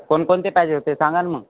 कोणकोणते पाहिजे होते सांगाल मग